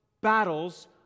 battles